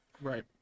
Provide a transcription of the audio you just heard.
Right